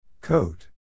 Coat